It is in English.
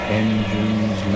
engines